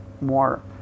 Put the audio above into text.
more